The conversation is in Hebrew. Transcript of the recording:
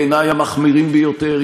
בעיני המחמירים ביותר,